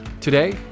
Today